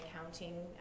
accounting